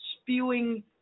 spewing